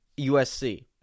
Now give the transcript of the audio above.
USC